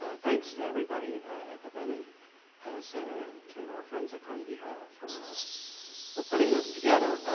thanks to everybody at the brennan center and to our friends at carnegie hall for for putting this together.